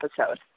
episode